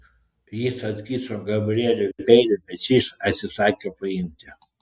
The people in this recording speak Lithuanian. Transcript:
jis atkišo gabrieliui peilį bet šis atsisakė paimti